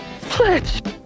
Fletch